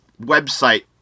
website